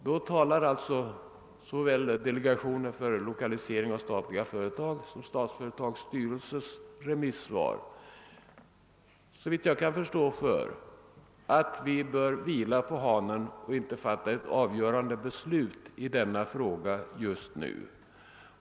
Det remissvar som avgivits av delegationen för lokalisering av statlig verksamhet och det remissvar som avgivits av Statsföretag AB talar såvitt jag kan förstå, för att vi bör vila på hanen och inte fatta ett avgörande beslut i denna fråga just nu.